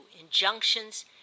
injunctions